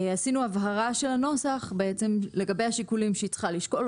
עשינו הבהרה של הנוסח לגבי השיקולים שהיא צריכה לשקול.